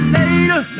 later